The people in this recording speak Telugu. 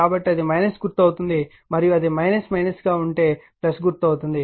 కాబట్టి అది గుర్తు అవుతుంది మరియు అది గా ఉంటే అది గుర్తు అవుతుంది